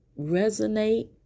resonate